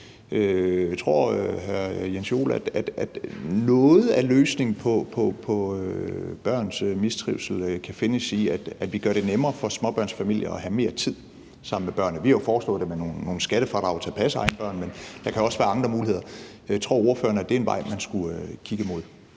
Jens Joel, at noget af løsningen på børns mistrivsel kan findes i, at vi gør det nemmere for småbørnsfamilier at have mere tid sammen med børnene? Vi har jo foreslået det med nogle skattefradrag for at passe egne børn, men der kan også være andre muligheder. Tror ordføreren, at det er en vej, man skulle kigge mod?